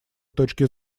точки